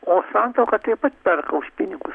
o santuoka taip pat perka už pinigus